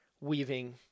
weaving